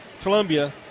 Columbia